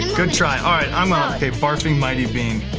and good try. ah um ah ok, barfing mighty bean.